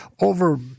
over